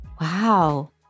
Wow